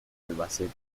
albacete